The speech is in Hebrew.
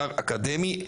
ממחקר אקדמי ראוי.